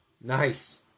Nice